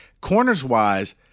corners-wise